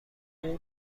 اون